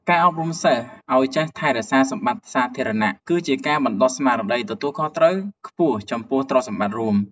ការអប់រំសិស្សឱ្យចេះថែរក្សាសម្បត្តិសាធារណៈ គឺជាការបណ្តុះស្មារតីទទួលខុសត្រូវខ្ពស់ចំពោះទ្រព្យសម្បត្តិរួម។